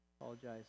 apologize